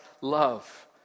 love